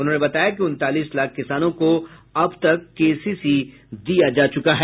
उन्होंने बताया कि उनतालीस लाख किसानों को अब तक केसीसी दिया जा चुका है